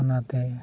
ᱚᱱᱟᱛᱮ